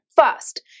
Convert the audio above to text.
first